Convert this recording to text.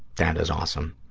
that is awesome.